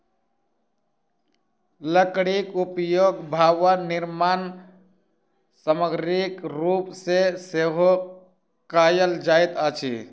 लकड़ीक उपयोग भवन निर्माण सामग्रीक रूप मे सेहो कयल जाइत अछि